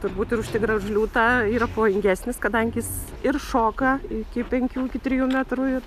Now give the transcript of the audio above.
turbūt ir už tigrą liūtą yra pavojingesnis kadangi jis ir šoka iki penkių iki trijų metrų ir